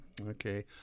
Okay